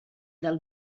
del